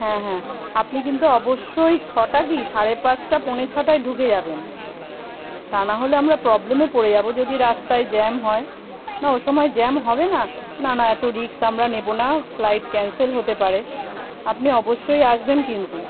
হ্যাঁ হ্যাঁ আপনি কিন্তু অবশ্যই ছটা কি সাড়ে পাঁচটা পৌনে ছটায় ঢুকে যাবেন তা না হলে আমরা প্রবলেমে পড়ে যাব যদি রাস্তায় জ্যাম হয় না ও সময় জ্যাম হবে না না না এত রিস্ক আমরা নেব না ফ্লাইট ক্যানসেল হতে পারে আপনি অবশ্যই আসবেন কিন্তু